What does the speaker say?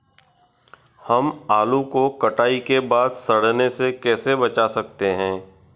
हम आलू को कटाई के बाद सड़ने से कैसे बचा सकते हैं?